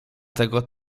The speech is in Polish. tego